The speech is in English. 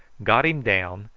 got him down,